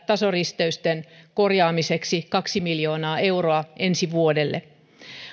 tasoristeysten korjaamiseksi kaksi miljoonaa euroa ensi vuodelle